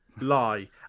lie